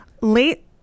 late